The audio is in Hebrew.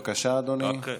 בבקשה, אדוני.